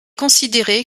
considéré